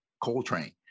Coltrane